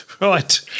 Right